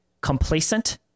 complacent